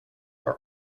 are